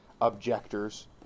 objectors